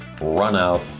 run-out